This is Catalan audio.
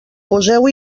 poseu